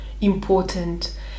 important